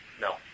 No